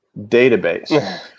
database